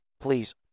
please